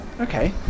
Okay